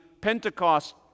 Pentecost